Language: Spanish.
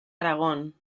aragón